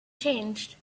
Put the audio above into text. changed